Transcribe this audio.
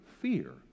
fear